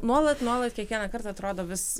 nuolat nuolat kiekvieną kartą atrodo vis